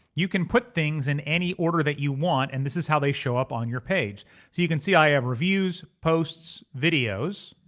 you can put things in any order that you want and this is how they show up on your page. so you can see i have reviews, posts, videos,